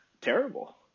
terrible